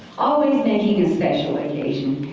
always making a special occasion.